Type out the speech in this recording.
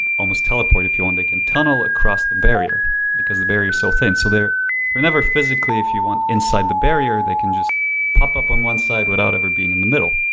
almost teleport, if you want. they can tunnel across the barrier because the barrier is so thing. so they're they're never physically, if you want, inside the barrier. they can just pop up on one side without ever being in the middle.